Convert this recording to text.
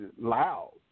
loud